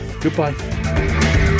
goodbye